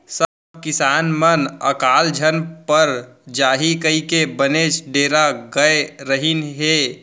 सब किसान मन अकाल झन पर जाही कइके बनेच डेरा गय रहिन हें